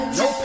no